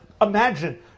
imagine